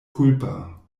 kulpa